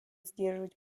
сдерживать